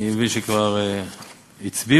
אני מבין שכבר הצביעו,